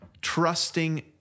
trusting